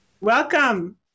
Welcome